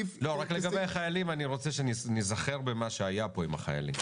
לגבי החיילים אני רוצה שניזכר במה שהיה פה עם החיילים.